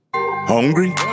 Hungry